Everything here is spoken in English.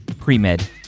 Pre-Med